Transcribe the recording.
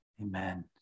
Amen